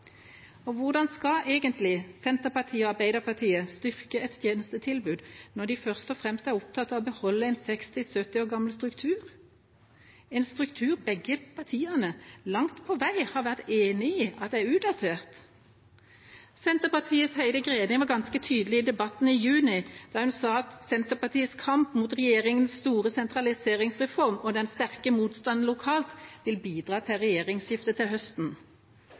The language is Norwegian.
tjenester. Hvordan skal egentlig Senterpartiet og Arbeiderpartiet styrke et tjenestetilbud når de først og fremst er opptatt av å beholde en 60–70 år gammel struktur, en struktur begge partiene langt på vei har vært enig i er utdatert? Senterpartiets Heidi Greni var ganske tydelig i debatten i juni, da hun sa at «Senterpartiets kamp mot regjeringens store sentraliseringsreform og den sterke motstanden lokalt vil bidra til regjeringsskifte til høsten».